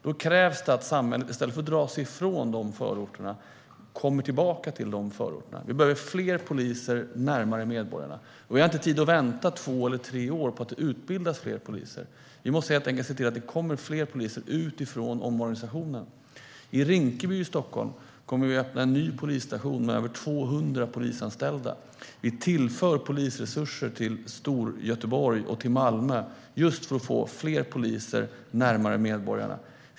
Då krävs det att samhället kommer tillbaka till de förorterna i stället för att dra sig ifrån dem. Vi behöver fler poliser närmare medborgarna. Vi har inte tid att vänta två eller tre år på att fler poliser utbildas. Vi måste helt enkelt se till att det kommer fler poliser genom omorganisationen. I Rinkeby i Stockholm kommer vi att öppna en ny polisstation med över 200 polisanställda. Vi tillför polisresurser till Storgöteborg och till Malmö, just för att få fler poliser närmare medborgarna.